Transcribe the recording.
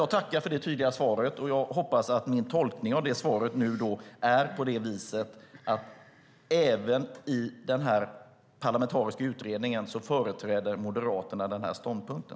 Jag tackar för det tydliga svaret och hoppas att min tolkning av det svaret är riktig samt att Moderaterna även i den parlamentariska utredningen företräder den ståndpunkten.